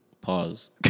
Pause